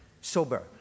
sober